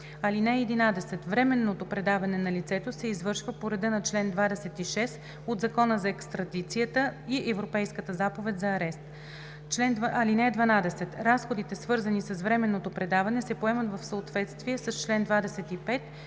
там. (11) Временното предаване на лицето се извършва по реда на чл. 26 от Закона за екстрадицията и Европейската заповед за арест. (12) Разходите, свързани с временното предаване, се поемат в съответствие с чл. 25,